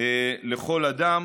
לכל אדם,